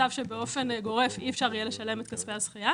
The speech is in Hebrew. חשבנו שנכון לדרוש שבכל סכום הוא יהיה מעורב.